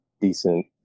decent